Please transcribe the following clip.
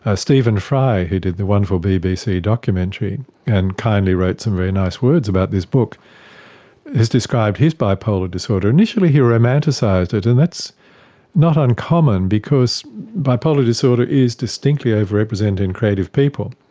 ah stephen fry who did the wonderful bbc documentary and kindly wrote some very nice words about this book, he has described his bipolar disorder. initially he romanticised it, and that's not uncommon because bipolar disorder is distinctly overrepresented in creative people,